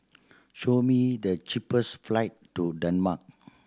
show me the cheapest flight to Denmark